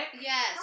Yes